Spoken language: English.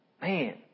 Man